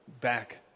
back